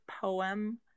poem